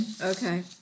Okay